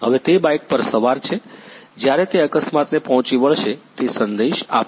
હવે તે બાઇક પર સવાર છે જ્યારે તે અકસ્માતને પહોંચી વળશે તે સંદેશ આપશે